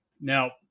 Now